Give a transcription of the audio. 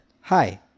Hi